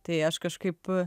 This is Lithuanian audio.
tai aš kažkaip